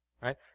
right